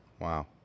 Wow